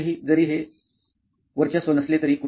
जरी हे वर्चस्व नसले तरी कुठेही